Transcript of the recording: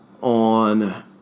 on